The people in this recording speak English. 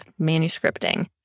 manuscripting